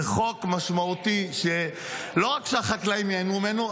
זה חוק משמעותי, שלא רק שהחקלאים ייהנו ממנו.